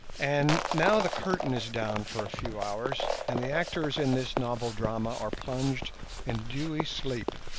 and now the curtain is down for a few hours, and the actors in this novel drama are plunged in dewy sleep.